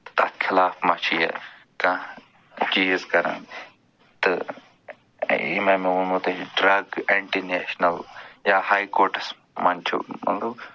تتھ خٕلاف ما چھِ یہِ کانٛہہ چیٖز کَران تہٕ یہِ مےٚ ووٚنمو تۄہہِ ڈرگ اینٹی نیشنل یا ہاے کوٹس منٛز چھُ مطلب